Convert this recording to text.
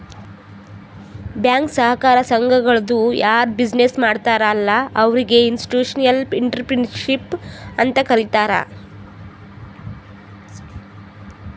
bank, ಸಹಕಾರ ಸಂಘಗಳದು ಯಾರ್ ಬಿಸಿನ್ನೆಸ್ ಮಾಡ್ತಾರ ಅಲ್ಲಾ ಅವ್ರಿಗ ಇನ್ಸ್ಟಿಟ್ಯೂಷನಲ್ ಇಂಟ್ರಪ್ರಿನರ್ಶಿಪ್ ಅಂತೆ ಕರಿತಾರ್